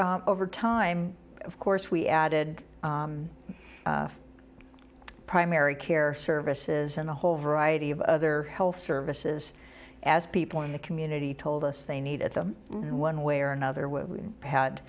so over time of course we added primary care services and a whole variety of other health services as people in the community told us they needed them one way or another we had